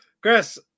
Chris